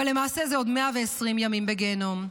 אבל למעשה זה עוד 120 ימים בגיהינום.